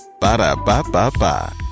Ba-da-ba-ba-ba